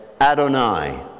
Adonai